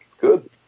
good